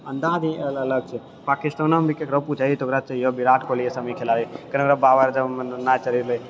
अन्दाज ही अलग छै पाकिस्तानोमे ककरो पूछै तऽ ओकरा चाहिय विराट कोहली सनि खेलाड़ी किएक कि ओकरा बाबर आजम नहि चलै रहै